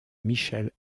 michel